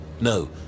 No